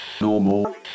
normal